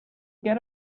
get